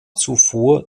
zuvor